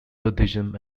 buddhism